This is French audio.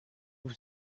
vous